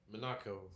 Monaco